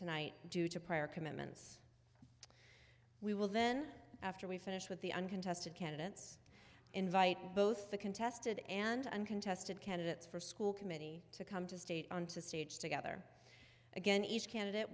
tonight due to prior commitments we will then after we finish with the uncontested candidates invite both the contested and uncontested candidates for school committee to come to state on to stage together again each candidate